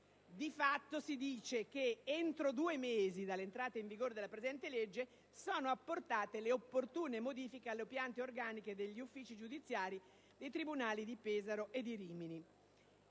appunto, si dice che «entro due mesi dall'entrata in vigore della presente legge, sono apportate le opportune modifiche alle piante organiche degli uffici giudiziari dei tribunali di Pesaro e di Rimini».